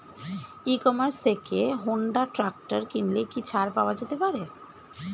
ই commerce থেকে Honda tractor কিনলে কি ছাড় পাওয়া যেতে পারে?